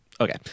Okay